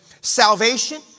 salvation